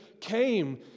came